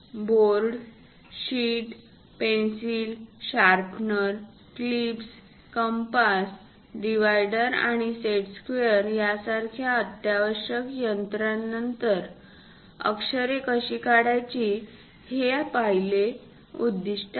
ठळक sheet pencil sharpener clips compass divider आणि set square या सारख्या अत्यावश्यक यंत्रानंतर अक्षरे कशी काढायची हे पहिले उद्दीष्ट आहे